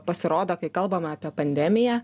pasirodo kai kalbame apie pandemiją